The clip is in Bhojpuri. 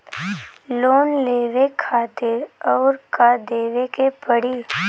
लोन लेवे खातिर अउर का देवे के पड़ी?